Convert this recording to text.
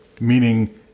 meaning